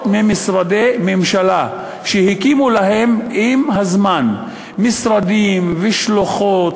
ממשרדי ממשלה שהקימו להם עם הזמן משרדים ושלוחות